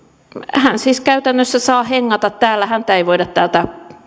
hän siis käytännössä saa hengata täällä häntä ei voida täältä